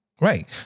Right